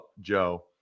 Joe